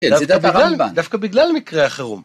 דווקא בגלל מקרה החירום.